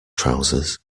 trousers